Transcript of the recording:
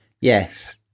yes